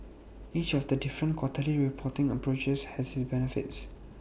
each of the different quarterly reporting approaches has its benefits